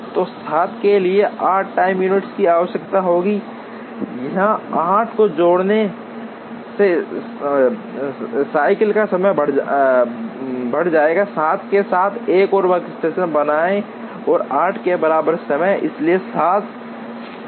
तो 7 के लिए 8 टाइम यूनिट की आवश्यकता होती है यहां 8 को जोड़ने से साइकिल का समय बढ़ जाएगा 7 के साथ एक और वर्कस्टेशन बनाएं और 8 के बराबर समय इसलिए 7 जाता है